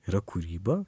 yra kūryba